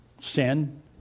sin